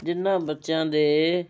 ਜਿਨ੍ਹਾਂ ਬੱਚਿਆਂ ਦੇ